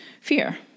fear